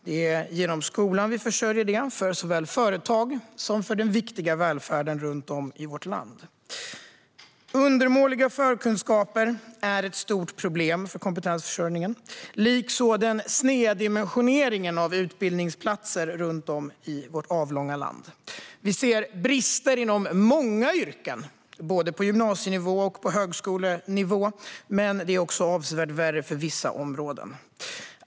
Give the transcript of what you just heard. Det är genom skolan vi försörjer detta för såväl företag som den viktiga välfärden runt om i vårt land. Undermåliga förkunskaper är ett stort problem för kompetensförsörjningen, likaså den sneda dimensioneringen av utbildningsplatser i vårt land. Vi ser brister inom många yrken, både på gymnasienivå och på högskolenivå, men på vissa områden är läget avsevärt värre än på andra.